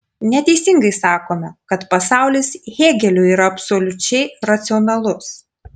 neteisingai sakome kad pasaulis hėgeliui yra absoliučiai racionalus